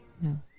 No